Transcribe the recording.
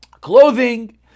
clothing